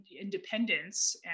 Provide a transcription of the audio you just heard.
independence